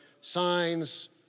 signs